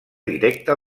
directa